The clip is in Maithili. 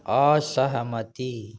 असहमति